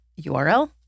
URL